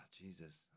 Jesus